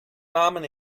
namen